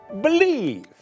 believe